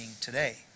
today